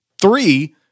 three